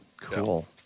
cool